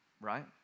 right